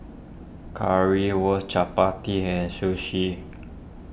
Currywurst Chapati and Sushi